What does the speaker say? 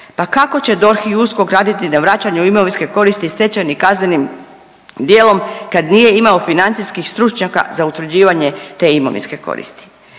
Pa kako će DORH i USKOK raditi na vraćanju imovinske koristi stečenim kaznenim djelom kad nije imao financijskih stručnjaka za utvrđivanje te imovinske koristi.